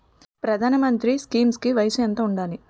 ప్రధాన మంత్రి స్కీమ్స్ కి వయసు ఎంత ఉండాలి?